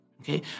okay